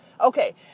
Okay